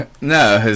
No